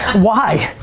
why?